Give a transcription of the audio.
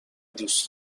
دوست